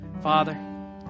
Father